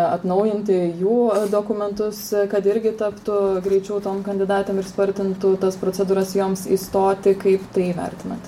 atnaujinti jų dokumentus kad irgi taptų greičiau tom kandidatėm ir spartintų tas procedūras joms įstoti kaip tai vertinat